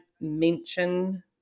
mention